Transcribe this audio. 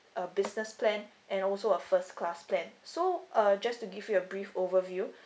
a business plan and also a first class plan so uh just to give you a brief overview